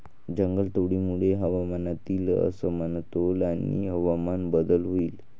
जंगलतोडीमुळे हवामानातील असमतोल आणि हवामान बदल होईल